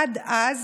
עד אז